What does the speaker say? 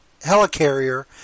helicarrier